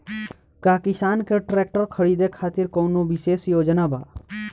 का किसान के ट्रैक्टर खरीदें खातिर कउनों विशेष योजना बा?